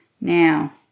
Now